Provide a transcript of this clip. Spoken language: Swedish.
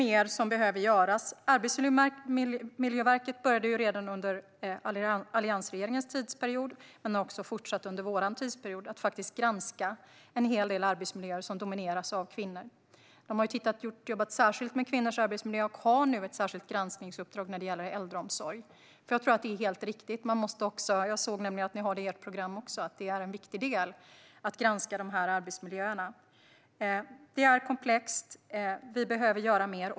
Mer behöver göras. Arbetsmiljöverket började redan under alliansregeringens tid och har fortsatt under vår mandatperiod med att granska en hel del kvinnligt dominerande arbetsmiljöer. Man har tittat särskilt på kvinnors arbetsmiljö och har nu ett särskilt granskningsuppdrag när det gäller äldreomsorg. Jag tror att det är helt riktigt, och en viktig del, att granska de arbetsmiljöerna. Jag såg att ni också har det i ert program, Lotta Finstorp. Det är komplext. Vi behöver göra mer.